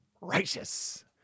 Righteous